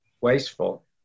wasteful